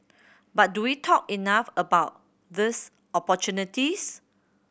but do we talk enough about this opportunities